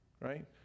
right